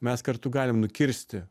mes kartu galim nukirsti